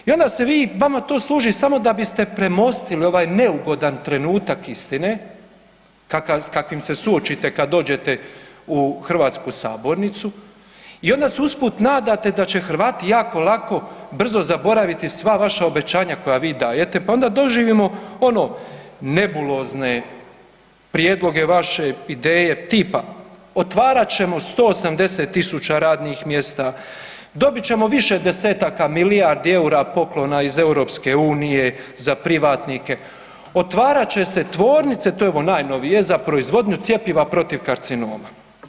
I onda se vi, vama to služi samo da biste premostili ovaj neugodan trenutak istine kakav, s kakvim se suočite kad dođete u hrvatsku sabornicu i onda se usput nadate da će Hrvati jako lako, brzo zaboraviti sva vaša obećanja koja vi dajete, pa onda doživimo ono nebulozne prijedloge vaše, ideje tipa otvarat ćemo 170.000 radnih mjesta dobit ćemo više desetaka milijardi EUR-a poklona iz EU za privatnike, otvarat će se tvornice to je ovo najnovije za proizvodnju cjepiva protiv karcinoma.